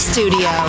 studio